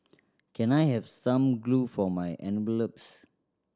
can I have some glue for my envelopes